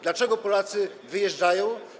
Dlaczego Polacy wyjeżdżają?